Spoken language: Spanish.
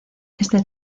este